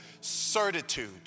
certitude